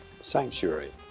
sanctuary